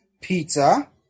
pizza